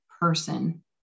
person